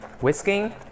whisking